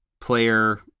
player